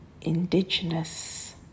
indigenous